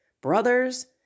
brothers